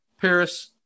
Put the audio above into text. paris